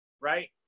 right